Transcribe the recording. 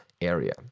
area